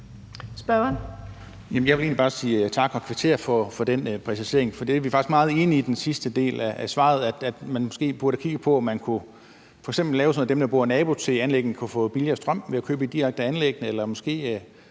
egentlig bare sige tak og kvittere for den præcisering, for vi er faktisk meget enige i den sidste del af svaret, nemlig at man måske burde kigge på, om man f.eks. kunne lave det sådan, at dem, der er nabo til anlæggene, kunne få billigere strøm ved at købe direkte af anlæggene, eller måske